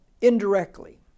indirectly